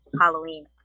halloween